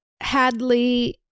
Hadley